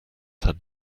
had